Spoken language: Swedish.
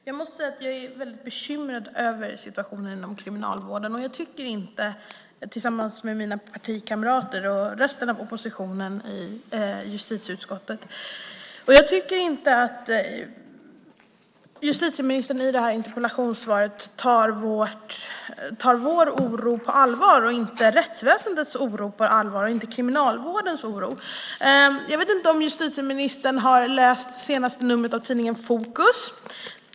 Herr talman! Jag måste säga att jag tillsammans med mina partikamrater och resten av oppositionen i justitieutskottet är bekymrad över situationen inom Kriminalvården. Jag tycker inte att justitieministern i interpellationssvaret tar vår oro och inte heller rättsväsendets eller Kriminalvårdens oro på allvar. Jag vet inte om justitieministern har läst senaste numret av tidningen Fokus.